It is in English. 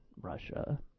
Russia